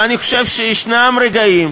ואני חושב שישנם רגעים